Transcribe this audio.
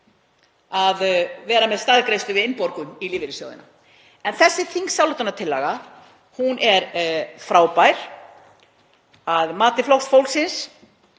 að vera með staðgreiðslu við innborgun í lífeyrissjóðina. Þessi þingsályktunartillaga er frábær að mati Flokks fólksins